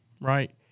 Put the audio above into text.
right